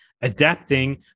adapting